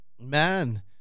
man